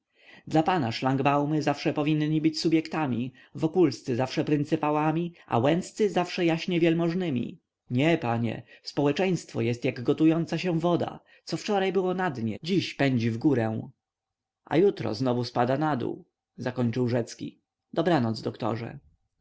dla pana szlangbaumy zawsze powinni być subjektami wokulscy zawsze pryncypałami a łęccy zawsze jaśnie wielmożnymi nie panie społeczeństwo jest jak gotująca się woda co wczoraj było na dole dziś pędzi w górę a jutro znowu spada na dół zakończył rzecki dobranoc doktorze